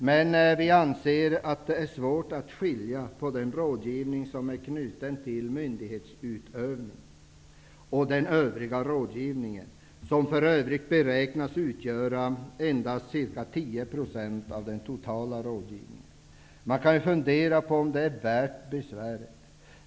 Men vi anser att det är svårt att skilja på den rådgivning som är knuten till myndighetsutövning och den övriga rådgivningen. Den beräknas för övrigt utgöra endast ca 10 % av den totala rådgivningen. Man kan ju fundera på om det är värt besväret.